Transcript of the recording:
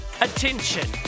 Attention